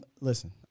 Listen